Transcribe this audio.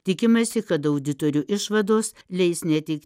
tikimasi kad auditorių išvados leis ne tik